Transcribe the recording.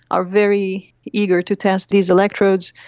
are very eager to test these electrodes.